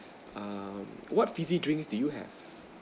um what fizzy drinks do you have